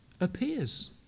appears